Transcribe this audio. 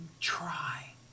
try